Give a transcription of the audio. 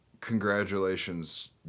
congratulations